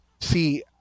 See